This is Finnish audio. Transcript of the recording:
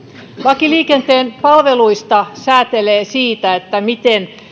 laki liikenteen palveluista säätelee sitä miten